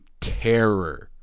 terror